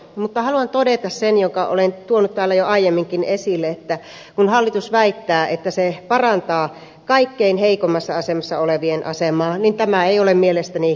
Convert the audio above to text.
mutta haluan todeta sen minkä olen tuonut täällä jo aiemminkin esille että kun hallitus väittää että se parantaa kaikkein heikoimmassa asemassa olevien asemaa niin tämä ei ole mielestäni kyllä totta